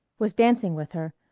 was dancing with her,